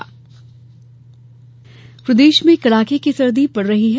मौसम प्रदेश में कड़ाके की सर्दी पड़ रही है